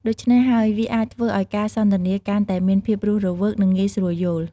ដូច្នេះហើយវាអាចធ្វើឱ្យការសន្ទនាកាន់តែមានភាពរស់រវើក និងងាយស្រួលយល់។